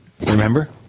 Remember